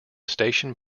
station